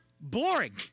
boring